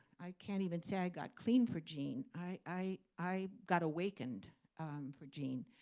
i can't even say i got clean for gene. i i got awakened for gene.